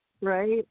Right